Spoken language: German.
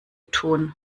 tun